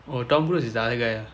oh tom cruise is the other guy ah